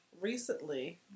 Recently